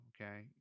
Okay